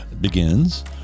begins